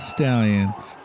Stallions